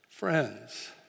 Friends